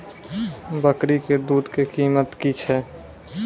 बकरी के दूध के कीमत की छै?